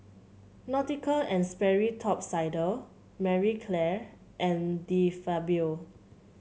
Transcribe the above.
Nautica And Sperry Top Sider Marie Claire and De Fabio